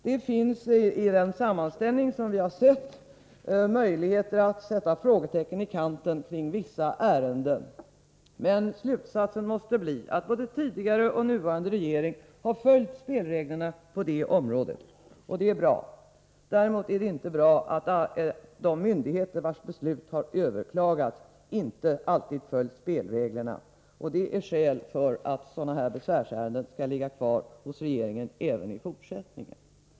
Det finns i den sammanställning som vi har sett möjligheter att sätta frågetecken i kanten för vissa ärenden, men slutsatsen måste bli att både tidigare och nuvarande regering har följt spelreglerna på området, och det är bra. Däremot är det inte bra att de myndigheter vilkas beslut har överklagats inte alltid har följt spelreglerna. Det utgör skäl till att sådana här besvärsärenden skall ligga kvar hos regeringen även i fortsättningen.